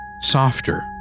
Softer